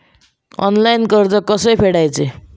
Online कर्ज कसा फेडायचा?